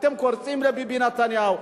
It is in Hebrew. אתם קורצים לביבי נתניהו.